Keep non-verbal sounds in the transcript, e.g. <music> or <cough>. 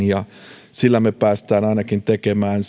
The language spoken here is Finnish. <unintelligible> ja sillä me pääsemme tekemään <unintelligible>